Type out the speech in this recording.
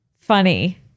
funny